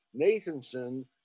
Nathanson